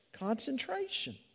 Concentration